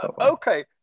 Okay